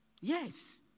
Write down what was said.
yes